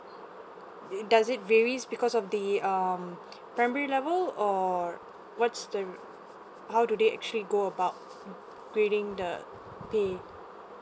does it varies because of the um primary level or what's the how do they actually go about grading the pay